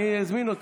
אני אזמין אותו.